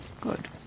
Good